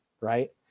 Right